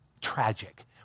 tragic